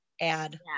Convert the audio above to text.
add